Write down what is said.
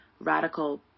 radical